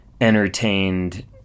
entertained